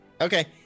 Okay